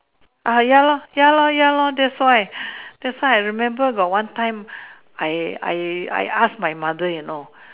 ah ya lor ya lor ya lor that's why that's why I remember got one time got one time I I I ask my mother in law